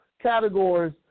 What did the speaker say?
categories